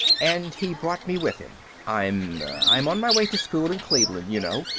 and he brought me with him. i'm i'm on my way to school in cleveland, you know.